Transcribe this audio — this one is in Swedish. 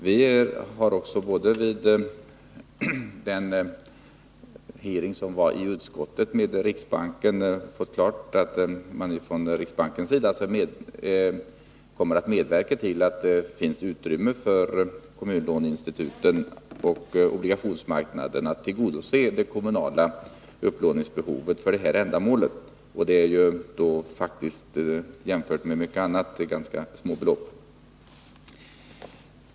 Det har också vid en hearing i utskottet klargjorts att riksbanken kommer att medverka till att det blir utrymme för kommunlåneinstituten och obligationsmarknaden för att tillgodose kommunernas behov av upplåning för ändamålet. Det är faktiskt jämfört med mycket annat fråga om ganska små belopp.